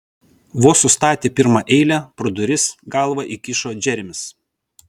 vos sustatė pirmą eilę pro duris galvą įkišo džeremis